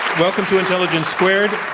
welcome to intelligence squared.